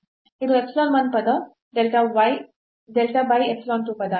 ಇದು epsilon 1 ಪದ delta by epsilon 2 ಪದ